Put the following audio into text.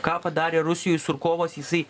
ką padarė rusijoj surkovas jisai